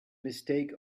mistake